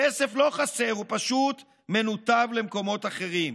כסף לא חסר, הוא פשוט מנותב למקומות אחרים.